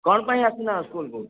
କ'ଣ ପାଇଁ ଆସି ନାହଁ ସ୍କୁଲ୍କୁ